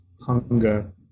hunger